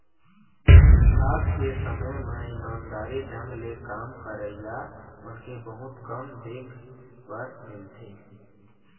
आज के समे म ईमानदारी ढंग ले काम करइया मनखे बहुत कम देख बर मिलथें